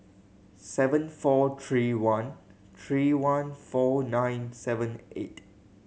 seven four three one three one four nine seven eight